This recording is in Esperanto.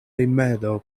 rimedo